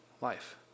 life